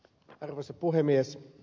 arvoisa puhemies